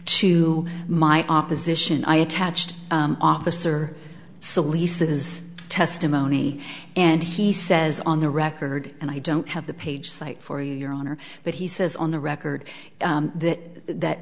to my opposition i attached officer so leases testimony and he says on the record and i don't have the page cite for your honor but he says on the record that that